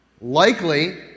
Likely